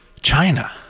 China